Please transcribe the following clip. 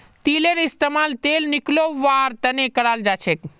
तिलेर इस्तेमाल तेल निकलौव्वार तने कराल जाछेक